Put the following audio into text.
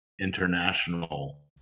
international